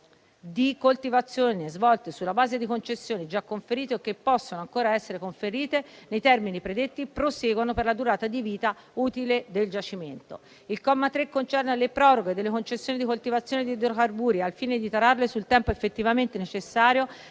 di coltivazioni svolte sulla base di concessioni già conferite o che possono ancora essere conferite nei termini predetti proseguono per la durata di vita utile del giacimento. Il comma 3 concerne le proroghe delle concessioni di coltivazione di idrocarburi al fine di tararle sul tempo effettivamente necessario